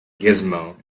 gizmo